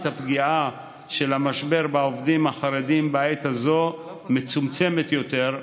הפגיעה של המשבר בעובדים החרדים בעת הזו מצומצמת יותר,